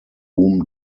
whom